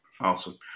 Awesome